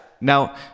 now